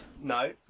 No